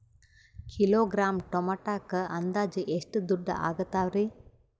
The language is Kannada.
ಕಿಲೋಗ್ರಾಂ ಟೊಮೆಟೊಕ್ಕ ಅಂದಾಜ್ ಎಷ್ಟ ದುಡ್ಡ ಅಗತವರಿ?